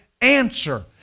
answer